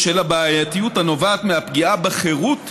בשל הבעייתיות הנובעת מהפגיעה בחירות